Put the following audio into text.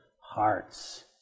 hearts